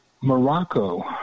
Morocco